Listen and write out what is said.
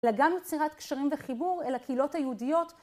גם יצירת קשרים וחיבור אל הקהילות היהודיות